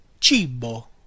Cibo